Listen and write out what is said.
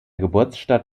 geburtsstadt